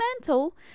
mental